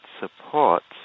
supports